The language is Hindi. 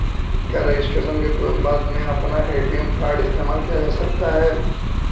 क्या रजिस्ट्रेशन के तुरंत बाद में अपना ए.टी.एम कार्ड इस्तेमाल किया जा सकता है?